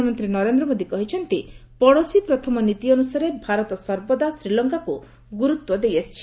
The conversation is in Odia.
ପ୍ରଧାନମନ୍ତ୍ରୀ ନରେନ୍ଦ୍ର ମୋଦୀ କହିଛନ୍ତି ପଡ଼ୋଶୀ ପ୍ରଥମ ନୀତି ଅନୁସାରେ ଭାରତ ସର୍ବଦା ଶ୍ରୀଲଙ୍କାକୁ ଗୁରୁତ୍ୱ ଦେଇ ଆସିଛି